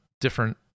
Different